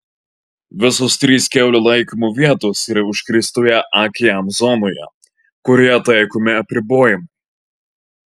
visos trys kiaulių laikymo vietos yra užkrėstoje akm zonoje kurioje taikomi apribojimai